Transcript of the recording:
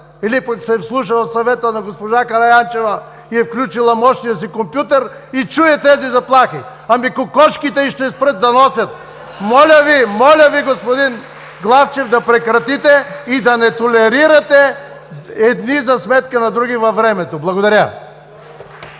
или пък се е вслушала в съвета на госпожа Караянчева и е включила мощния си компютър, и чуе тези заплахи?! Ами кокошките й ще спрат да носят. (Оживление.) Моля Ви, господин Главчев, да прекратите и да не толерирате във времето едни за сметка на други. Благодаря.